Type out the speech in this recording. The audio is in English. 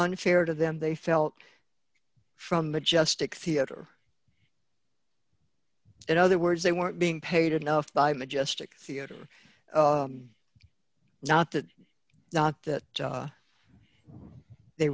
unfair to them they felt from majestic theater in other words they weren't being paid enough by majestic theatre not that not that they